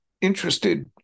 interested